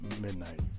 midnight